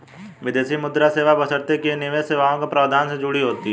विदेशी मुद्रा सेवा बशर्ते कि ये निवेश सेवाओं के प्रावधान से जुड़ी हों